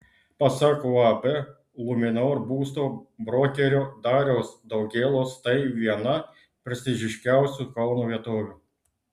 pasak uab luminor būsto brokerio dariaus daugėlos tai viena prestižiškiausių kauno vietovių